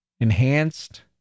enhanced